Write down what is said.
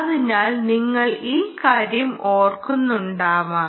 അതിനാൽ നിങ്ങൾ ഈ കാര്യം ഓർക്കുന്നുണ്ടാവാം